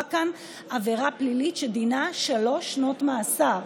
כאן עבירה פלילית שדינה שלוש שנות מאסר.